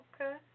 Okay